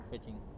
fetching